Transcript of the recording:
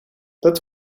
dat